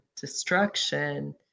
destruction